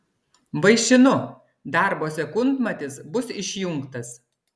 vaišinu darbo sekundmatis bus išjungtas